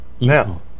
Now